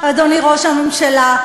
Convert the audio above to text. אדוני ראש הממשלה,